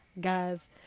Guys